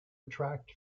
attract